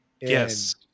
yes